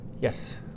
Yes